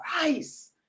price